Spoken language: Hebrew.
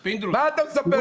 היה צריך לנסוע דרך היערות?